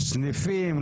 סניפים,